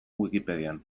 wikipedian